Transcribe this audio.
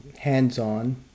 hands-on